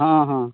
ᱦᱮᱸ ᱦᱮᱸ